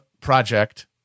Project